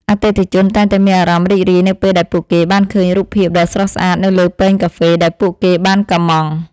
អតិថិជនតែងតែមានអារម្មណ៍រីករាយនៅពេលដែលពួកគេបានឃើញរូបភាពដ៏ស្រស់ស្អាតនៅលើពែងកាហ្វេដែលពួកគេបានកុម្ម៉ង់។